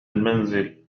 المنزل